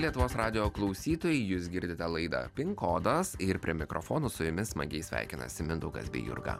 lietuvos radijo klausytojai jūs girdite laidą pin kodas ir prie mikrofono su jumis smagiai sveikinasi mindaugas bei jurga